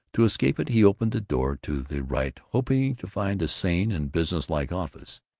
to escape it he opened the door to the right, hoping to find a sane and business-like office.